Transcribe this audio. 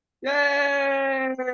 Yay